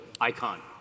icon